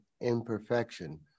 imperfection